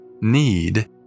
need